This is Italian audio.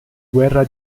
guerra